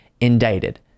indicted